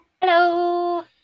Hello